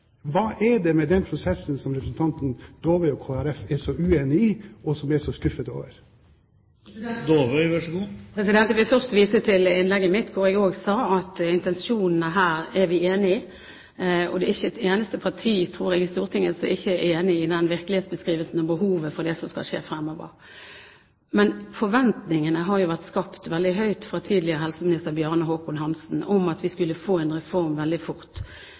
Hva er det med den prosessen som representanten Dåvøy og Kristelig Folkeparti er så uenig i, og som de er så skuffet over? Jeg vil først vise til innlegget mitt, hvor jeg også sa at vi er enig i intensjonene. Det er ikke et eneste parti, tror jeg, i Stortinget som ikke er enig i den virkelighetsbeskrivelsen og behovet for det som skal skje fremover. Men tidligere helseminister Bjarne Håkon Hanssen skapte veldig høye forventninger om at vi skulle få en reform veldig fort.